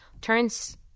turns